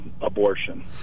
abortion